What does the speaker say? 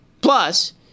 Plus